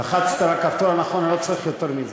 לחצת על הכפתור הנכון, לא צריך יותר מזה.